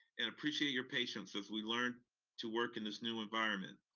and appreciate your patience as we learn to work in this new environment.